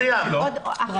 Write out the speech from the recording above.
את סיימת.